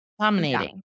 Dominating